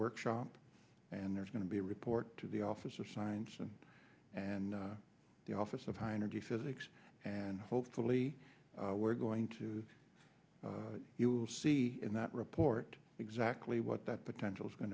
workshop and there's going to be a report to the office of science and and the office of high energy physics and hopefully we're going to you will see in that report exactly what that potential is going